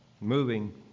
moving